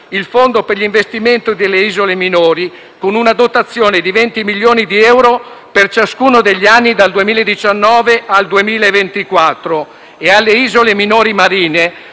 il Fondo per gli investimenti delle isole minori, con una dotazione di 20 milioni di euro per ciascuno degli anni dal 2019 al 2024. Alle isole minori marine